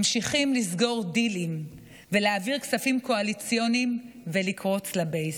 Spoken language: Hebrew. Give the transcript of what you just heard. ממשיכים לסגור דילים ולהעביר כספים קואליציוניים ולקרוץ לבייס.